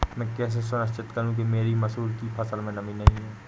मैं कैसे सुनिश्चित करूँ कि मेरी मसूर की फसल में नमी नहीं है?